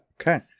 Okay